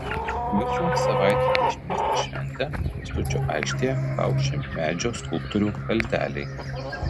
visą savaitę prieš miesto šventę kęstučio aikštėje kaukši medžio skulptorių kalteliai